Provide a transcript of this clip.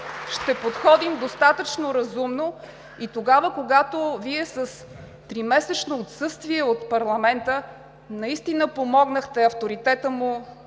ще подходим достатъчно разумно и тогава, когато Вие с тримесечно отсъствие от парламента наистина помогнахте авторитетът му